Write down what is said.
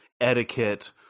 etiquette